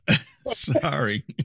sorry